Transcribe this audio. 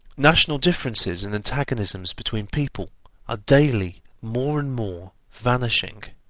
national differences and antagonisms between peoples are daily more and more vanishing,